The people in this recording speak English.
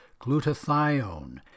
glutathione